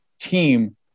team